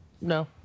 No